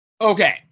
Okay